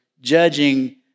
judging